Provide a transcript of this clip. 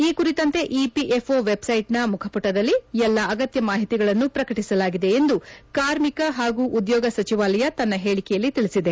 ಈ ಕುರಿತಂತೆ ಇಪಿಎಫ್ಒ ವೆಬ್ಸೈಟ್ನ ಮುಖಪುಟದಲ್ಲಿ ಎಲ್ಲಾ ಅಗತ್ಯ ಮಾಹಿತಿಗಳನ್ನು ಪ್ರಕಟಿಸಲಾಗಿದೆ ಎಂದು ಕಾರ್ಮಿಕ ಹಾಗೂ ಉದ್ಯೋಗ ಸಚಿವಾಲಯ ತನ್ನ ಹೇಳಿಕೆಯಲ್ಲಿ ತಿಳಿಸಿದೆ